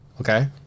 Okay